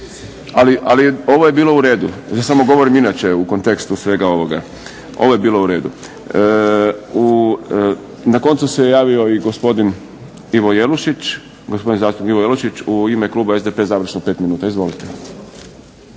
Ali ovo je bilo u redu, samo govorim inače u kontekstu svega ovoga. Ovo je bilo u redu. Na koncu se javio i gospodin zastupnik Ivo Jelušić u ime kluba SDP-a, završno 5 minuta. Izvolite.